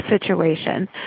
situation